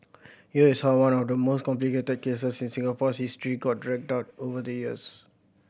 here is how one of the most complicated cases in Singapore's history got dragged out over the years